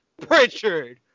Pritchard